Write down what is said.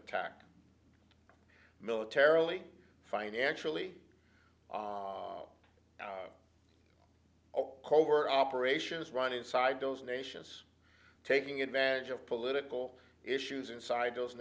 attack militarily financially all covert operations run inside those nations taking advantage of political issues inside those